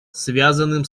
связанным